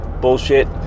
bullshit